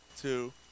Two